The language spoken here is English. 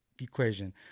equation